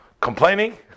complaining